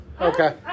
Okay